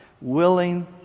willing